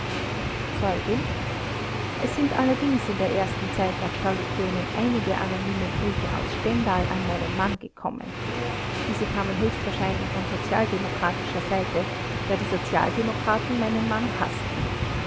zeugin es sind allerdings in der ersten zeit nach stallupönen einige anonyme briefe aus stendal an meinen mann gekommen diese kamen höchstwahrscheinlich von sozialdemokratischer seite da die sozialdemokraten meinen mann haßten